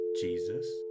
Jesus